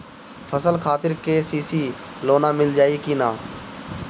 फसल खातिर के.सी.सी लोना मील जाई किना?